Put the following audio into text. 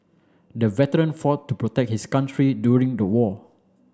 the veteran fought to protect his country during the war